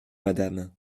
madame